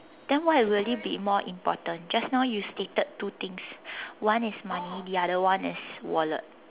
then why will it be more important just now you stated two things one is money the other one is wallet